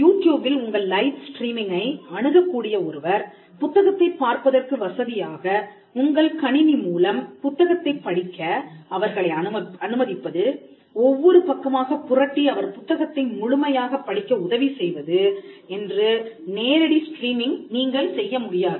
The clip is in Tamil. யூடியூபில் உங்கள் லைவ் ஸ்ட்ரீமிங்கை அணுகக் கூடிய ஒருவர் புத்தகத்தைப் பார்ப்பதற்கு வசதியாக உங்கள் கணினி மூலம் புத்தகத்தைப் படிக்க அவர்களை அனுமதிப்பது ஒவ்வொரு பக்கமாகப் புரட்டி அவர் புத்தகத்தை முழுமையாகப் படிக்க உதவி செய்வது என்று நேரடி ஸ்ட்ரீமிங் நீங்கள் செய்ய முடியாது